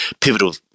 pivotal